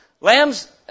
Lambs